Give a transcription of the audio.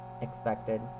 expected